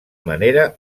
manera